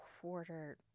quarter